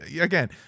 again